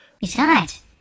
Besides